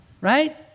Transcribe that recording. right